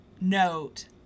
note